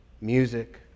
music